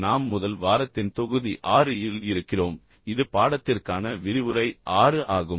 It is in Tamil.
நாம் முதல் வாரத்தின் தொகுதி 6 இல் இருக்கிறோம் இது பாடத்திற்கான விரிவுரை 6 ஆகும்